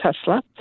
Tesla